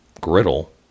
griddle